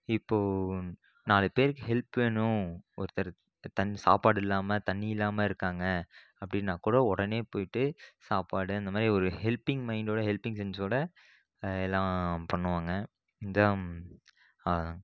இப்போது நாலு பேருக்கு ஹெல்ப் வேணும் ஒருத்தர் தன் சாப்பாடு இல்லாமல் தண்ணி இல்லாமல் இருக்காங்க அப்படின்னா கூட உடனே போய்ட்டு சாப்பாடு அந்த மாதிரி ஒரு ஹெல்பிங் மைண்டோடு ஹெல்பிங் சென்ஸோடு எல்லாம் பண்ணுவாங்க இந்த